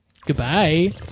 goodbye